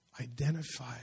Identify